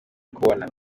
kubona